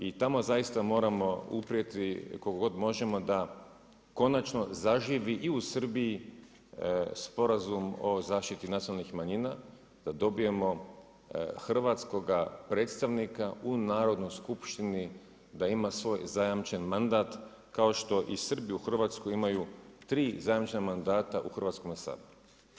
I tamo zaista moramo uprijeti koliko god možemo da konačno zaživi i u Srbiji Sporazum o zaštiti nacionalnih manjina, da dobijemo hrvatskoga predstavnika u Narodnoj skupštini, da ima svoj zajamčen mandat kao što i Srbi u Hrvatskoj imaju tri zajamčena mandata u Hrvatskome saboru.